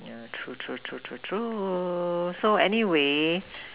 yeah true true true true true so anyway